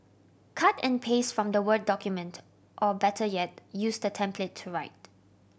cut and paste from the word document or better yet use the template to write